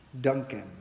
Duncan